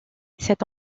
cette